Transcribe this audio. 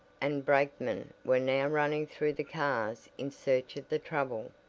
and brakemen were now running through the cars in search of the trouble.